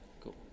cool